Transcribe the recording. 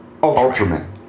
Ultraman